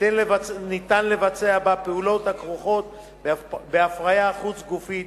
שניתן לבצע בה פעולות הכרוכות בהפריה חוץ-גופית,